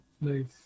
nice